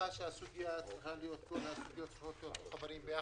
שהסוגיה צריכה להיות כל הסוגיות שצריכות להיות מחוברות ביחד,